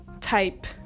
type